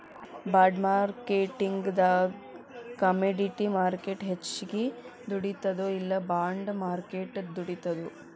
ಬಾಂಡ್ಮಾರ್ಕೆಟಿಂಗಿಂದಾ commodity market ಹೆಚ್ಗಿ ದುಡಿತದೊ ಇಲ್ಲಾ ಬಾಂಡ್ ಮಾರ್ಕೆಟ್ ದುಡಿತದೊ?